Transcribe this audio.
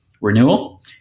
renewal